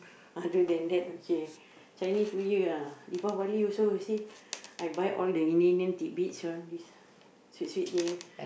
other than that okay Chinese New Year ah Deepavali also you see I buy all the Indian Indian tidbits one this sweet sweet things